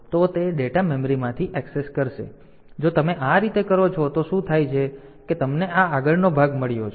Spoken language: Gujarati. તેથી જો તમે આ રીતે કરો છો તો શું થાય છે કે તમને આ ભાગ મળ્યો છે